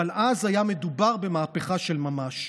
אבל אז היה מדובר במהפכה של ממש.